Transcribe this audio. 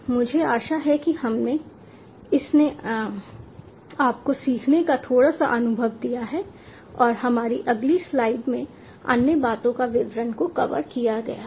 मुझे आशा है कि इसने आपको सीखने का थोड़ा सा अनुभव दिया है और हमारी अगली स्लाइड में अन्य बातों और विवरणों को कवर किया गया है